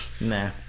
Nah